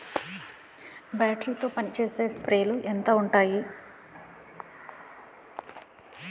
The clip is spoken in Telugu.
బ్యాటరీ తో పనిచేసే స్ప్రేలు ఎంత ఉంటాయి?